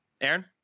Aaron